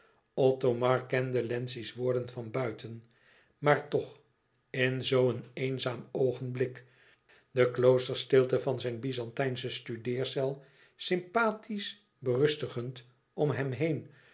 othomar kende wlenzci's woorden van buiten maar toch in zoo een eenzaam oogenblik de kloosterstilte van zijn byzantijnsche studeercel sympathisch berustigend om hem heen